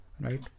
Right